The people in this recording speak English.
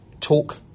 Talk